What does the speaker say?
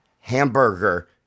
hamburger